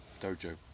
dojo